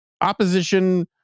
opposition